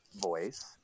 voice